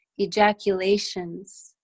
ejaculations